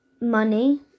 Money